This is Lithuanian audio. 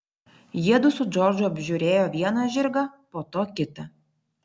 jiedu su džordžu apžiūrėjo vieną žirgą po to kitą